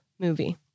movie